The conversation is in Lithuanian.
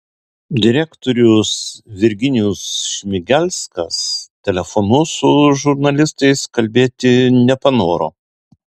direktorius virginijus šmigelskas telefonu su žurnalistais kalbėti nepanoro